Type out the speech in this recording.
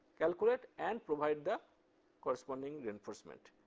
calculate and provide the corresponding reinforcement.